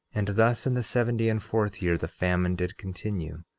and thus in the seventy and fourth year the famine did continue,